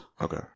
Okay